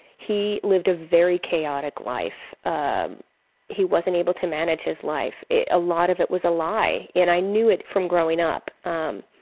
he lived a very chaotic life, um he wasn't able to manage his life. a lot of it was a lie and i knew it from growing up. um